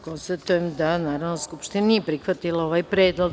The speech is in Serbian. Konstatujem da Narodna skupština nije prihvatila ovaj predlog.